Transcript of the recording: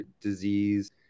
disease